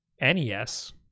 NES